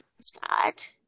Scott